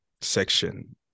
section